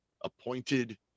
appointed